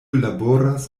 laboras